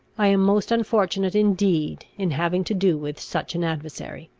i am most unfortunate indeed in having to do with such an adversary.